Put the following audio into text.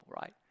right